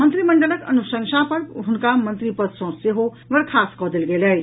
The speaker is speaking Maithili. मंत्रिमंडलक अनुशंसा पर हुनका मंत्री पद सँ सेहो बर्खास्त कऽ देल गेल अछि